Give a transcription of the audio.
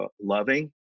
loving